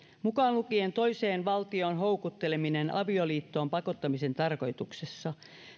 mukaan lukien toiseen valtioon houkutteleminen avioliittoon pakottamisen tarkoituksessa